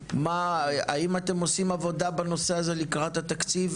האם אתם עושים עבודה בנושא הזה לקראת התקציב?